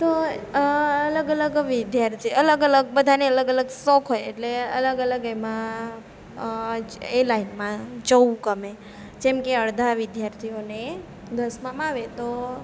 તો અલગ અલગ વિદ્યાર્થી બધાને અલગ અલગ શોખ હોય એટલે અલગ અલગ એમાં જ એ જ લાઈનમાં જવું ગમે જેમકે અડધા વિદ્યાર્થીઓને દસમામાં આવે તો